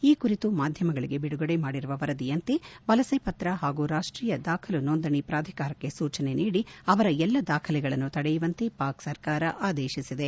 ಈ ಕುರಿತು ಮಾಧ್ಯಮಗಳಿಗೆ ಬಿಡುಗಡೆ ಮಾಡಿರುವ ವರದಿಯಂತೆ ವಲಸೆ ಪತ್ರ ಹಾಗೂ ರಾಷ್ಷೀಯ ದಾಖಲು ನೋಂದಣಿ ಪ್ರಾಧಿಕಾರಕ್ಕೆ ಸೂಚನೆ ನೀಡಿ ಅವರ ಎಲ್ಲಾ ದಾಖಲೆಗಳನ್ನು ತಡೆಯುವಂತೆ ಪಾಕ್ ಸರ್ಕಾರ ಆದೇಶಿಸಿದೆ